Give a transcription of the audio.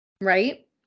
right